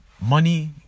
money